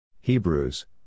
Hebrews